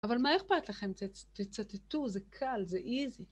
אבל מה איך איכפת לכם? תצטטו, זה קל, זה איזי.